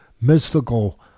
mystical